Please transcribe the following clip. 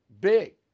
big